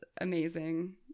amazing